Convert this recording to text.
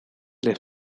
les